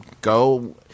go